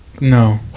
No